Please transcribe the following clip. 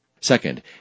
Second